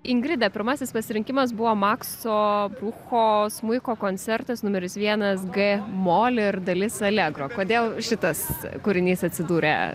ingrida pirmasis pasirinkimas buvo makso bruko smuiko koncertas nr vienas g mol ir dalis alegro kodėl šitas kūrinys atsidūrė